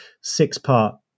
six-part